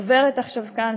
עוברת עכשיו כאן,